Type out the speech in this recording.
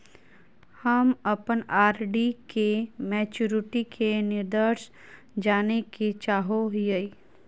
हम अप्पन आर.डी के मैचुरीटी के निर्देश जाने के चाहो हिअइ